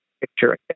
picture